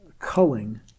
culling